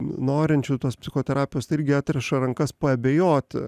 norinčių tos psichoterapijos tai irgi atriša rankas paabejoti